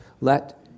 let